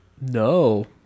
no